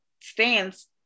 stands